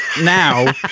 now